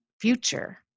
future